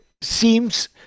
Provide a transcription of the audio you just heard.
seems